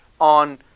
on